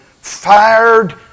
fired